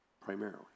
primarily